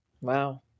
Wow